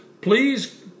Please